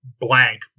blank